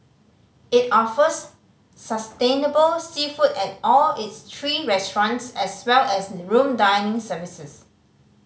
it offers sustainable seafood at all its three restaurants as well as the room dining services